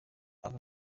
ave